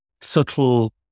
subtle